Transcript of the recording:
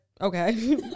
okay